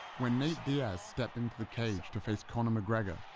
when nate diaz stepped into the cage to face conor mcgregor,